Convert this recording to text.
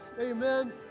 Amen